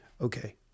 Okay